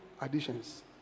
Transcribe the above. additions